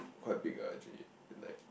quite big ah actually then like